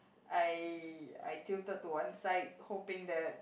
I I tilted to one side hoping that